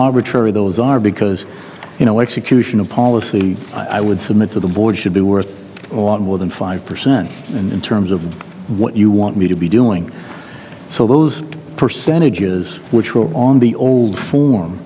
arbitrary those are because you know execution of policy i would submit to the board should be worth a lot more than five percent in terms of what you want me to be doing so those percentages which were on the old form